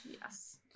Yes